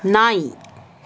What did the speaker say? ನಾಯಿ